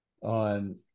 on